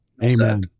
Amen